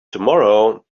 tomorrow